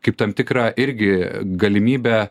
kaip tam tikrą irgi galimybę